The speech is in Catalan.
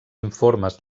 informes